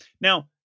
Now